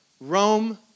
Rome